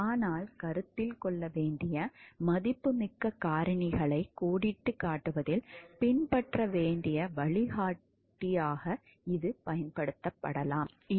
ஆனால் கருத்தில் கொள்ள வேண்டிய மதிப்புமிக்க காரணிகளை கோடிட்டுக் காட்டுவதில் பின்பற்ற வேண்டிய வழிகாட்டியாக இது பயன்படுத்தப்படலாம்